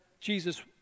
Jesus